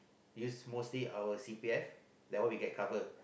use mostly our C_P_F that one we get covered